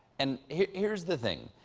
and here's here's the thing.